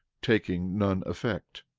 taking none effect.